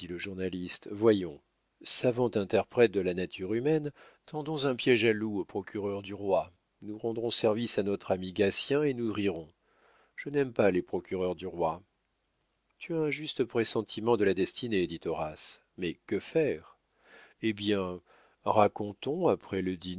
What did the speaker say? le journaliste voyons savant interprète de la nature humaine tendons un piége à loup au procureur du roi nous rendrons service à notre ami gatien et nous rirons je n'aime pas les procureurs du roi tu as un juste pressentiment de la destinée dit horace mais que faire eh bien racontons après le